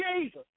Jesus